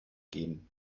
geben